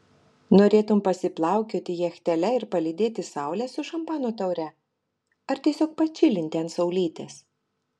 norėtum pasiplaukioti jachtele ir palydėti saulę su šampano taure ar tiesiog pačilinti ant saulytės